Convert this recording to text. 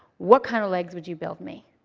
what kind of legs would you build me?